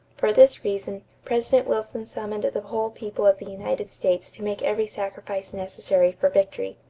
for this reason, president wilson summoned the whole people of the united states to make every sacrifice necessary for victory.